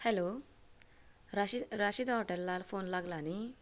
hello Rashi Rashid हॉटेलांत phone लागलां न्ही